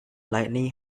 lightning